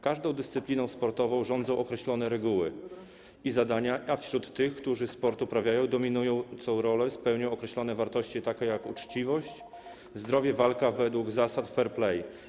Każdą dyscypliną sportową rządzą określone reguły i zadania, a wśród tych, którzy sport uprawiają, dominującą rolę odgrywają określone wartości, takie jak uczciwość, zdrowie, walka według zasad fair play.